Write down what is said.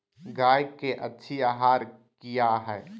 गाय के अच्छी आहार किया है?